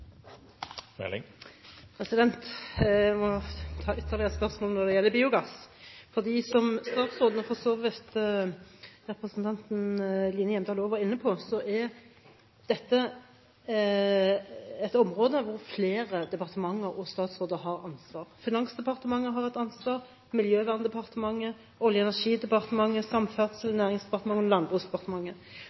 Jeg må ta ytterligere et spørsmål når det gjelder biogass. Som statsråden, og for så vidt representanten Line Henriette Hjemdal, var inne på, er dette et område hvor flere departementer og statsråder har ansvar: Finansdepartementet har et ansvar, og Miljøverndepartementet, Olje- og energidepartementet, Samferdselsdepartementet, Nærings- og